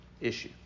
issue